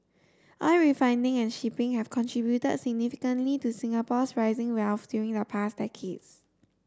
oil refining and shipping have contributed significantly to Singapore's rising wealth during the past decades